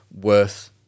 worth